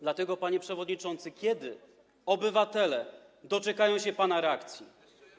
Dlatego, panie przewodniczący, pytam: Kiedy obywatele doczekają się pana reakcji?